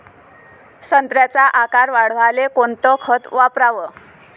संत्र्याचा आकार वाढवाले कोणतं खत वापराव?